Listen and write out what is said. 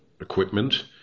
equipment